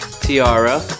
Tiara